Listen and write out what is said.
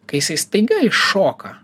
kai jisai staiga iššoka